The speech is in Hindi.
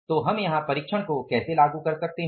तो हम यहां परिक्षण को कैसे लागू कर सकते हैं